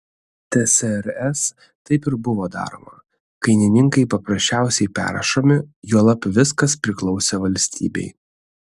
tsrs taip ir buvo daroma kainininkai paprasčiausiai perrašomi juolab viskas priklausė valstybei